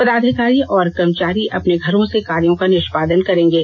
पदाधिकारी और कर्मचारी अपने घरों से कार्यो का निष्पादन करेंगे